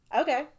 Okay